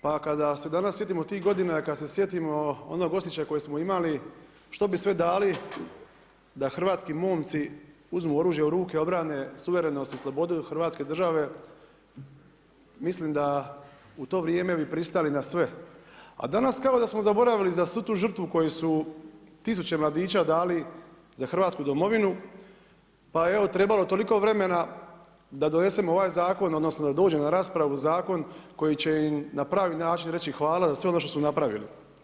Pa kada se sjetimo tih godina, kad se sjetimo onog osjećaja kojeg smo imali, što bi sve dali da hrvatski momci uzmi oružje u ruke, obrane suvremenost i slobodu hrvatske države, mislim da u to vrijeme bi pristali na sve, a danas kao da smo zaboravili za svu tu žrtvu koju su tisuće mladića dali za hrvatsku domovinu pa je trebalo toliko vremena da donesemo ovaj zakon odnosno da dođe na raspravu zakon koji će im na pravi način reći hvala za sve ono što su napravili.